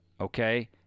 Okay